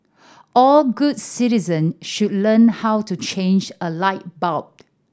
all good citizen should learn how to change a light bulb